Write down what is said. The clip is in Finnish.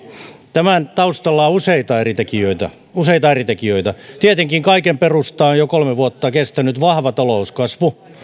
tämän taustalla on useita eri tekijöitä useita eri tekijöitä tietenkin kaiken perusta on jo kolme vuotta kestänyt vahva talouskasvu